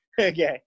Okay